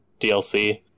DLC